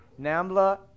NAMBLA